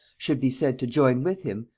should be said to join with him,